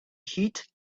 heat